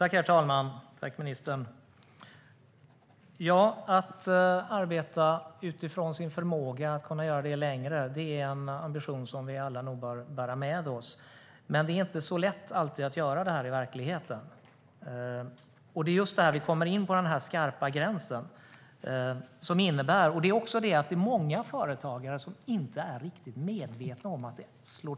Herr talman! Att arbeta utifrån sin förmåga och kunna göra det längre är en ambition vi nog alla bör bära med oss, men det är inte alltid så lätt att göra det i verkligheten. Det är just där vi kommer in på den skarpa gränsen. Det är också så att många företagare inte är riktigt medvetna om att